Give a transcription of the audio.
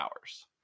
hours